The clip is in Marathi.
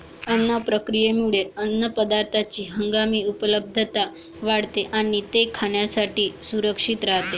अन्न प्रक्रियेमुळे अन्नपदार्थांची हंगामी उपलब्धता वाढते आणि ते खाण्यासाठी सुरक्षित राहते